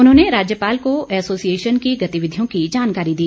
उन्होंने राज्यपाल को एसोसिएशन की गतिविधियों की जानकारी दी